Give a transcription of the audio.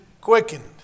quickened